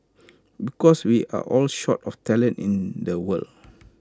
because we are all short of talent in the world